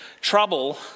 trouble